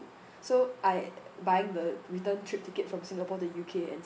so I buying the return trip ticket from singapore to U_K and